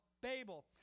Babel